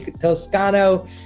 Toscano